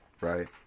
right